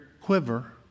quiver